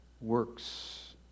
works